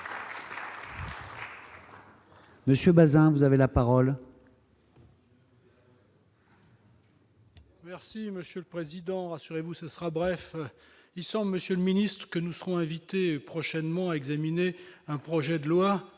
Monsieur Bazin, vous avez la parole. Merci monsieur le président, rassurez-vous, ce sera bref il sent Monsieur le Ministre, que nous serons invités prochainement examiner un projet de loi